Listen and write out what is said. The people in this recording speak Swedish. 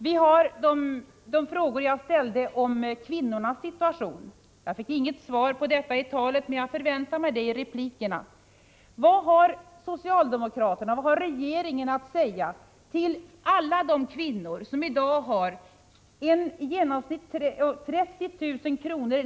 Vi har de frågor jag ställde om kvinnornas situation. Jag fick inget svar på dem i talet, men jag förväntar mig det i replikerna. Vad har socialdemokraterna och regeringen att säga till alla de kvinnor som i dag har i genomsnitt 30 000 kr.